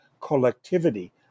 collectivity